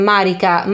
Marika